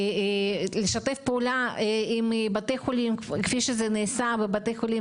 לשתף פעולה עם בתי חולים כפי שזה נעשה בבית החולים